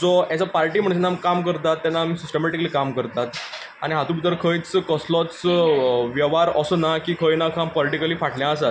जो as a party म्हणून जेन्ना आमी काम करतात तेन्ना आमी सिस्टमेटिकली काम करतात आनी हातूंत भितर खंयच कसलोच वेव्हार असो ना की खंय ना खंय आमी पॉलिटिकली फाटल्यान आसात